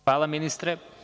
Hvala ministre.